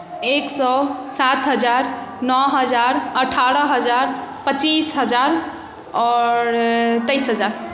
एक सए सात हजार नओ हजार अठारह हजार पच्चीस हजार आओर तेइस हजार